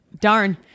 darn